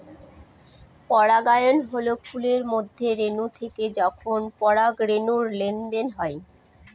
পরাগায়ন হল ফুলের মধ্যে রেনু থেকে যখন পরাগরেনুর লেনদেন হয়